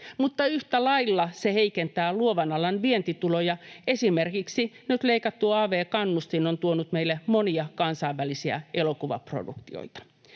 mutta yhtä lailla ne heikentävät luovan alan vientituloja. Esimerkiksi nyt leikattu av-kannustin on tuonut meille monia kansainvälisiä elokuvaproduktioita.